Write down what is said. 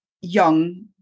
young